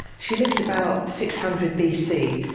she lived about six hundred bc.